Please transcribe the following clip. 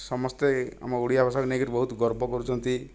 ସମସ୍ତେ ଆମ ଓଡ଼ିଆ ଭାଷାକୁ ନେଇକରି ବହୁତ ଗର୍ବ କରୁଛନ୍ତି